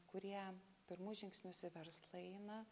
kurie pirmus žingsnius į verslą eina